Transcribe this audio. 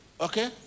Okay